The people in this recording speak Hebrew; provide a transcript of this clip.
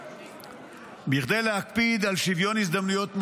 כדי להקפיד על שוויון הזדמנויות מלא,